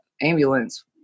ambulance